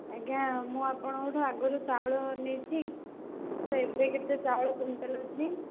ଆଜ୍ଞା ମୁଁ ଆପଣଙ୍କଠୁ ଆଗରୁ ଚାଉଳ ନେଇଛି ତ ଏବେ କେତେ ଚାଉଳ କୁଇଣ୍ଟାଲ୍ ଅଛି